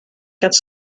carte